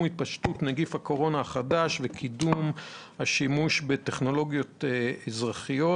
התפשטות נגיף הקורונה החדש וקידום השימוש בטכנולוגיות אזרחיות.